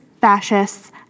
fascists